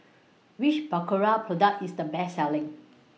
Which Berocca Product IS The Best Selling